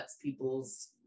people's